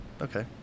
Okay